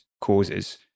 causes